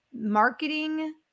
marketing